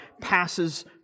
passes